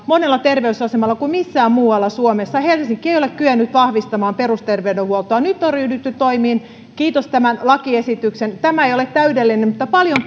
monella terveysasemalla pidempään kuin missään muualla suomessa helsinki ei ole kyennyt vahvistamaan perusterveydenhuoltoa nyt on ryhdytty toimiin kiitos tämän lakiesityksen tämä ei ole täydellinen mutta paljon